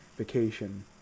vacation